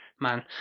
man